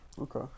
Okay